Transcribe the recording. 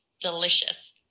delicious